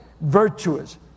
virtuous